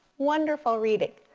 wonderful reading,